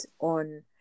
on